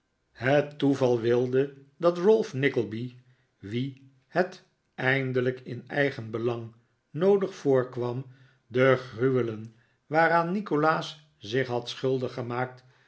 het toeval wilde dat ralph nickleby wien het eindelijk in zijn eigen belang noodig voorkwam de gruwelen waaraan nikolaas zich had schuldig gemaakt